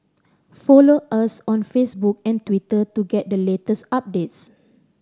follow us on Facebook and Twitter to get the latest updates